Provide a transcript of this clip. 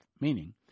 Meaning